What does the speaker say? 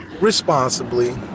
Responsibly